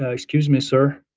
ah excuse me, sir,